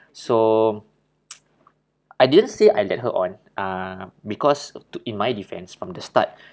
so I didn't say I led her on uh because to in my defense from the start